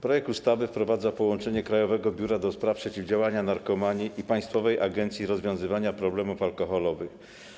Projekt ustawy wprowadza połączenie Krajowego Biura do Spraw Przeciwdziałania Narkomanii i Państwowej Agencji Rozwiązywania Problemów Alkoholowych.